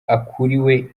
akuriwe